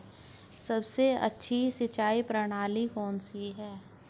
सबसे अच्छी सिंचाई प्रणाली कौन सी है?